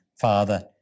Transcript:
Father